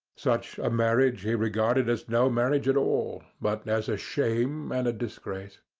such a marriage he regarded as no marriage at all, but as a shame and a disgrace.